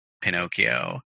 Pinocchio